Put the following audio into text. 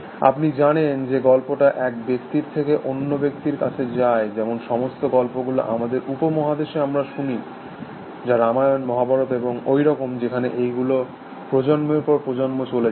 আপনি জানেন যে গল্পটা এক ব্যক্তির থেকে অন্য ব্যক্তির কাছে যায় যেমন সমস্ত গল্পগুলো আমাদের উপ মহাদেশে আমরা শুনি রামায়ন মহাভারত এবং ওই রকম যেখানে এইগুলো প্রজন্মের পর প্রজন্ম চলে যায়